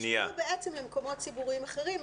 השוו למקומות ציבוריים אחרים.